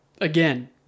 again